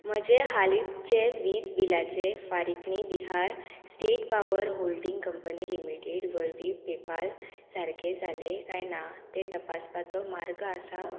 म्हजें हालींचें वीज बिलाचें फारीकणी Bihar state power holding company limited वरवीं पेपाल सारकें जाले कांय ना तें तपासपाचो मार्ग आसा